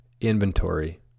inventory